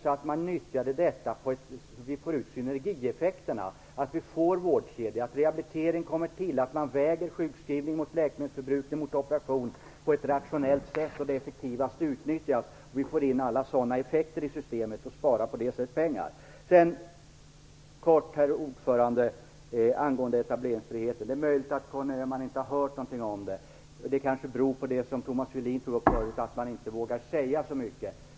Man skall nyttja detta så att man får ut synergieffekterna, en vårdkedja och att rehabilitering kommer till. Man skall väga sjukskrivning mot läkemedelsförbrukning och mot operation på ett rationellt sätt så att de utnyttjas på effektivaste sätt, får in alla sådana effekter i systemet och på det sättet sparar pengar. Herr talman! Jag vill kort säga något angående etableringsfriheten. Det är möjligt att Conny Öhman inte har hör någonting om den. Det kanske beror på det som Thomas Julin berörde förut om att man inte vågar säga så mycket.